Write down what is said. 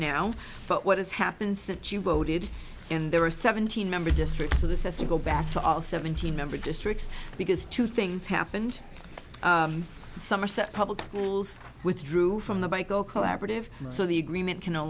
now but what has happened since you voted and there are seventeen member districts so this has to go back to all seventeen member districts because two things happened somerset public schools withdrew from the bank go collaborative so the agreement